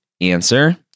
answer